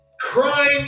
crime